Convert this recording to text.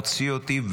מוציא אותי,